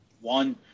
one